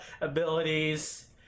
abilities